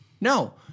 No